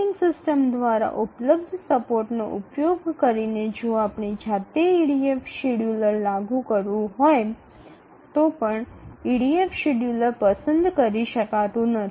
operating সিস্টেমের দ্বারা উপলব্ধ সমর্থনটি ব্যবহার করে যদি EDF শিডিয়ুলার নিজেকে প্রয়োগ করতে হয় তবে EDF শিডিউলার নির্বাচন করা যাবে না